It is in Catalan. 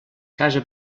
casa